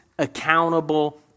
accountable